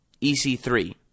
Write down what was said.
EC3